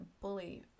bully